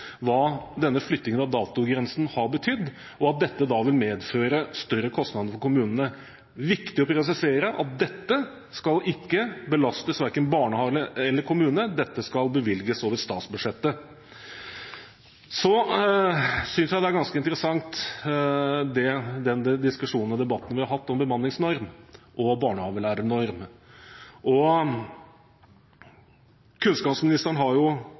denne flyttingen av datogrensen har betydd, og at dette da vil medføre større kostnader for kommunene. Det er viktig å presisere at dette ikke skal belastes verken barnehage eller kommune, dette skal bevilges over statsbudsjettet. Så synes jeg den debatten vi har hatt om bemanningsnorm og barnehagelærernorm, er ganske interessant. Kunnskapsministeren har